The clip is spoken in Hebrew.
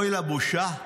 אוי לבושה,